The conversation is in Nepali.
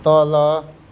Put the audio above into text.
तल